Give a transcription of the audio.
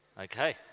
Okay